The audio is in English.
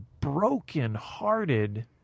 broken-hearted